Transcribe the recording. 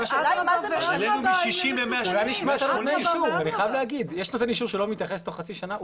יש נותן אישור שלא מתייחס תוך חצי שנה?